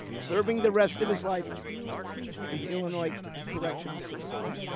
serving the rest of his life in the illinois correctional system.